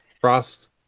Frost